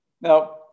Now